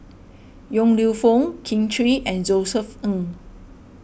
Yong Lew Foong Kin Chui and Josef Ng